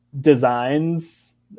designs